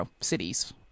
cities